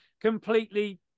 completely